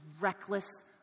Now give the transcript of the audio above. reckless